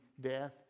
death